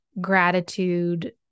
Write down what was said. gratitude